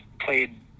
played